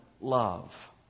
love